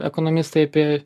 ekonomistai apie